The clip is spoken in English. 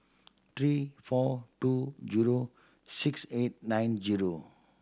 three four two zero six eight nine zero